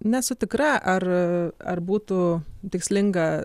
nesu tikra ar ar būtų tikslinga